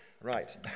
Right